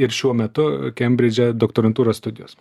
ir šiuo metu kembridže doktorantūros studijos